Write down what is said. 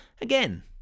Again